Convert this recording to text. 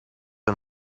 een